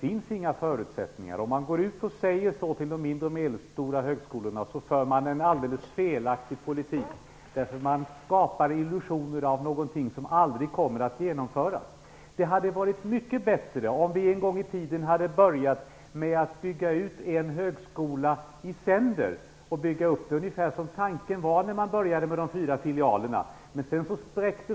Om man säger så till de mindre och medelstora högskolorna för man en felaktig politik eftersom man då skapar illusioner av något som aldrig kommer att genomföras. Det hade varit bättre om vi en gång i tiden hade börjat med att bygga ut en högskola i sänder, som tanken var när man började med de fyra filialerna.